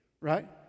right